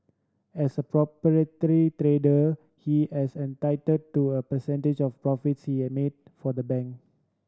as a proprietary trader he has entitled to a percentage of the profits he made for the bank